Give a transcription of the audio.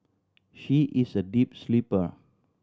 she is a deep sleeper